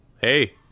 Hey